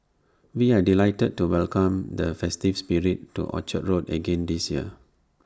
we are delighted to welcome the festive spirit to Orchard road again this year